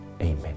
Amen